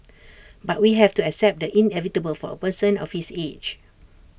but we have to accept the inevitable for A person of his age